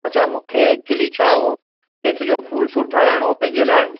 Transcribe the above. अच्छ मूंखे एक्चुअली छा हो की सॼो फूल सूट ठाहिरायणो हो पंहिंजे लाइ